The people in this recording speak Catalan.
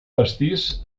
pastís